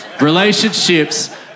relationships